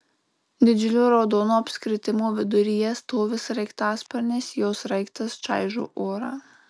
didžiulio raudono apskritimo viduryje stovi sraigtasparnis jo sraigtas čaižo orą